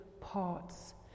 parts